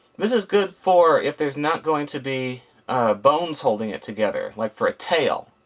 this is good for if there's not going to be bones holding it together, like for a tail.